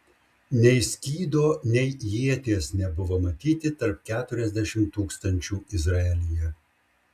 nei skydo nei ieties nebuvo matyti tarp keturiasdešimt tūkstančių izraelyje